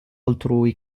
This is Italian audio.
altrui